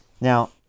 Now